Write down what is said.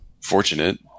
fortunate